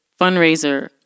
fundraiser